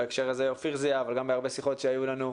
ובהקשר הזה אופיר זיהה אבל גם בהרבה שיחות שהיו לנו,